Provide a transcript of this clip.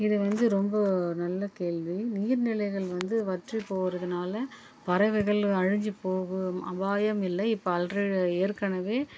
இது வந்து ரொம்ப நல்ல கேள்வி நீர்நிலைகள் வந்து வற்றி போகிறதுனால பறவைகளும் அழிஞ்சி போகும் அபாயம் இல்லை இப்போ ஆல்ரெடி ஏற்கனவே